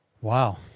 Wow